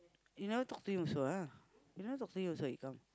you never talk to him also ah you never talk to him also he come